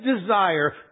desire